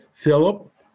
Philip